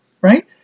Right